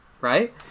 Right